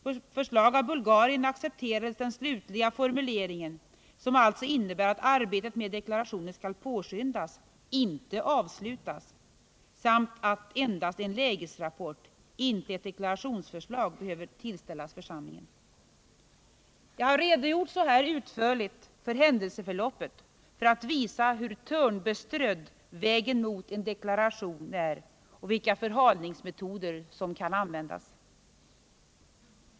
På förslag av Bulgarien accepterades den slutliga formuleringen, som alltså innebär att arbetet med deklarationen skall påskyndas, inte avslutas, samt att endast en lägesrapport, inte ett deklarationsförslag, behöver tillställas församlingen. Jag har redogjort så här utförligt för händelseförlppet för att visa hur törnbeströdd vägen mot en deklaration är och vilka förhalningsmetoder som kan användas.